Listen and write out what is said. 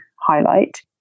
highlight